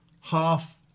half